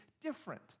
different